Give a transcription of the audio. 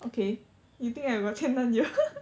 okay you think I got 前男友